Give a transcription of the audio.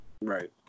Right